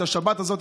את השבת הזאת,